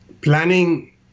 planning